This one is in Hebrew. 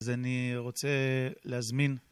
אז אני רוצה להזמין.